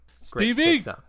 Stevie